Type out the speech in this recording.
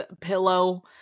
pillow